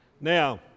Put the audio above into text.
Now